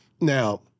now